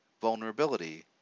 vulnerability